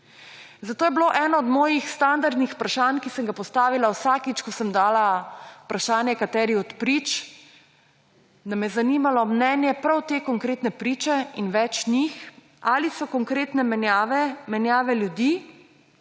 Zato je bilo eno od mojih standardnih vprašanj, ki sem ga postavila vsakič, ko sem dala vprašanje kateri od prič, da me je zanimalo mnenje prav te konkretne priče in več njih, ali so konkretne menjave, menjave ljudi,